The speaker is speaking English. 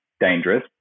dangerous